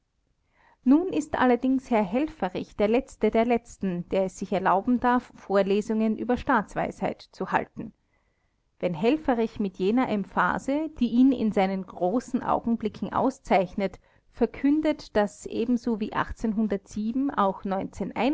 nun ist allerdings herr helfferich der letzte der letzten der es sich erlauben darf vorlesungen über staatsweisheit zu halten wenn helfferich mit jener emphase die ihn in seinen großen augenblicken auszeichnet verkündet daß ebenso wie auch